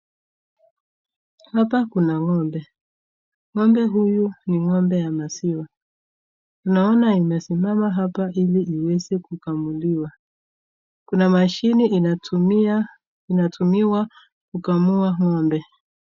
Hapa kuna ngombe, ngombe huyu ni ngombe ya maziwa, naona imesimama hapa ili iweze kukamuliwa, kuna mashini inatumiwa kukamua ngombe.